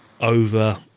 over